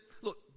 look